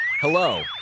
Hello